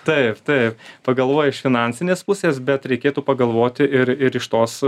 taip taip pagalvojai iš finansinės pusės bet reikėtų pagalvoti ir ir iš tos